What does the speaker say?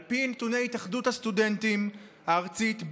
על פי נתוני התאחדות הסטודנטים הארצית,